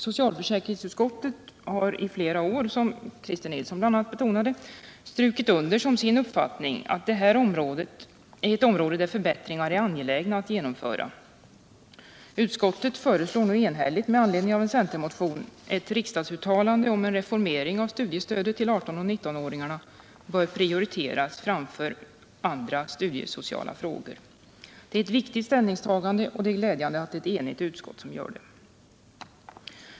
Som bl.a. Christer Nilsson betonade har socialförsäkringsutskottet understrukit som sin uppfattning att detta är ett område där förbättringar är angelägna att genomföra. Med anledning av en centermotion föreslår nu ett enhälligt utskott att riksdagen uttalar att en reformering av studiestödet till 18 och 19 åringarna bör prioriteras framför andra studiesociala åtgärder. Det är ett viktigt ställningstagande, och det är glädjande att det är ett enigt utskott som gör det.